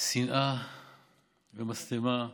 שנאה ומשטמה,